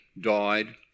died